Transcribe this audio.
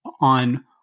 On